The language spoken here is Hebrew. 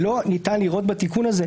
שלא ניתן לראות בתיקון הזה,